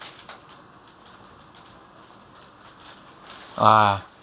ah